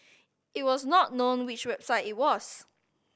it was not known which website it was